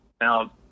Now